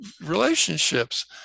relationships